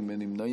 מוועדת העבודה,